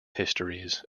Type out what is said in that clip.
histories